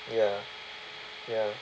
ya ya